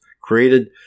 created